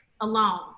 alone